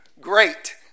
great